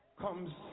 comes